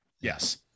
Yes